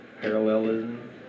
parallelism